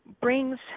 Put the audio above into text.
brings